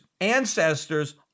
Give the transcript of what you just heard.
ancestors